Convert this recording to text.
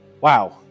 Wow